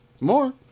More